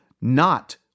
not-